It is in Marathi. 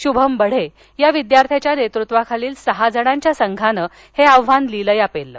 श्भम बढे या विद्यार्थाच्या नेतृत्वाखालील सहाजणांच्या संघानं हे आव्हान लीलया पेललं